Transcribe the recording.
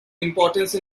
importance